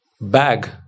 bag